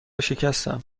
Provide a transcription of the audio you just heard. شکستم